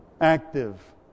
active